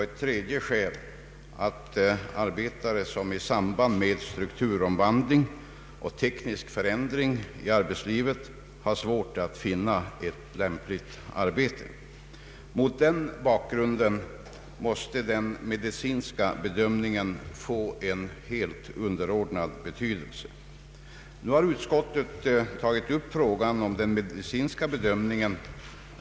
En tredje förutsättning var att det är fråga om arbetare som i samband med strukturomvandling och teknisk förändring i arbetslivet har svårt att finna ett lämpligt arbete. Mot den bakgrunden måste den medicinska bedömningen få en underordnad betydelse. Utskottet har nu tagit upp frågan om den medicinska bedömningen.